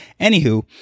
Anywho